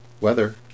Weather